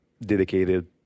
dedicated